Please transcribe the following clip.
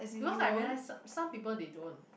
because I realise som~ some people they don't